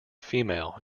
female